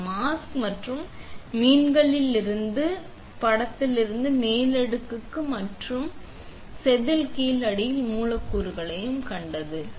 இது மாஸ்க் மற்றும் இந்த மீன்களிலிருந்து படத்தின் மேலடுக்கு மற்றும் இங்கே உங்கள் செதில் கீழே அடி மூலக்கூறுகளைக் கண்டது